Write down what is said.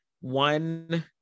one